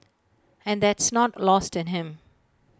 and that's not lost in him